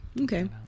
Okay